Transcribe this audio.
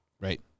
Right